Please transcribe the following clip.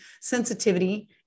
sensitivity